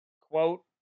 quote